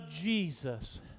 Jesus